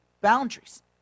boundaries